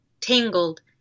Tangled